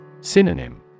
Synonym